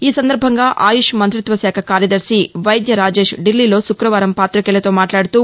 ఈ సందర్భంగా ఆయుష్ మంత్రిత్వ శాఖ కార్యదర్భి వైద్య రాజేష్ ఢిల్లీలో శుక్రవారం పాతికేయులతో మాట్లాడుతూ